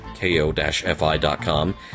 ko-fi.com